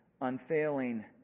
unfailing